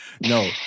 No